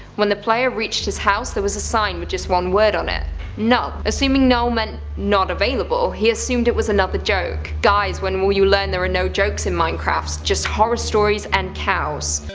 when the player reached his house there was a sign with just one words on it null. assuming null meant not available he assumed it was another joke. guys, when will you learn there are no jokes in minecraft! just horror stories and cows!